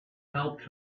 helped